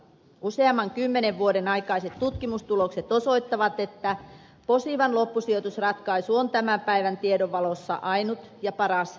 useamman kymmenen vuoden aikaiset tutkimustulokset osoittavat että posivan loppusijoitusratkaisu on tämän päivän tiedon valossa ainut ja paras ja oikea